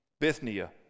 Bithynia